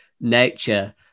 nature